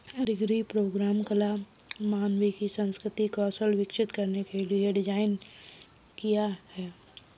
degree program कला, मानविकी, सांस्कृतिक कौशल विकसित करने के लिए डिज़ाइन किया है